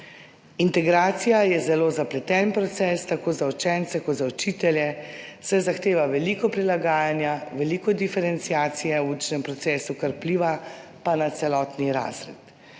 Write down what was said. Integracija je zelo zapleten proces tako za učence kot za učitelje, saj zahteva veliko prilagajanja, veliko diferenciacije v učnem procesu, kar vpliva pa na celotni razred.«